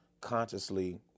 consciously